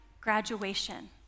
graduation